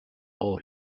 all